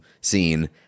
scene